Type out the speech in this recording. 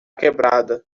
quebrada